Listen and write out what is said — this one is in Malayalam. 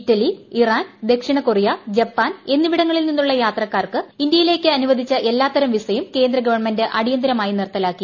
ഇറ്റലി ഇറാൻ ദക്ഷിണ കൊറിയ ജപ്പാൻ എന്നിവിടങ്ങളിൽ നിന്നുള്ള യാത്രക്കാർക്ക് ഇന്ത്യയിലേയ്ക്ക് അനുവദിച്ച എല്ലാത്തരം വിസയും കേന്ദ്ര ഗവൺമെന്റ് അടിയന്തരമായി നിർത്തലാക്കി